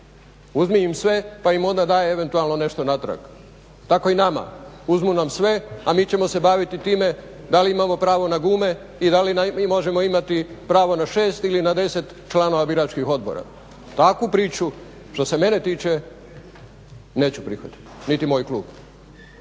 Uzmi im sve pa im onda daj eventualno nešto natrag. Tako i nama, uzmu nam sve, a mi ćemo se baviti time da li imamo pravo na gume i da li mi možemo imati pravo na 6 ili na 10 članova biračkih odbora. Takvu priču što se mene tiče neću prihvatiti, niti moj klub.